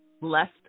blessed